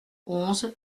onze